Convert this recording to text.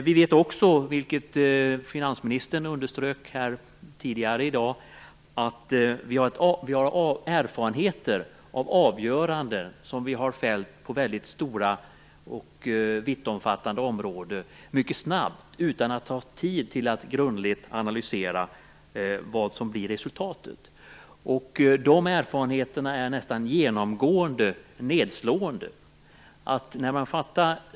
Vi vet också, vilket finansministern underströk tidigare i dag, att vi har erfarenheter av avgöranden som vi mycket snabbt har fällt på väldigt stora och vittomfattande områden utan att ha haft tid att grundligt analysera resultatet. Erfarenheterna är nästan genomgående nedslående.